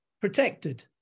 protected